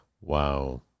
Wow